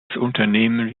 unternehmen